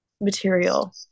Material